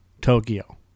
Tokyo